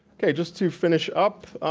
okay just to finish up.